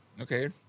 Okay